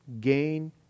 gain